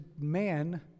man